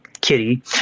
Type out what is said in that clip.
kitty